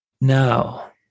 Now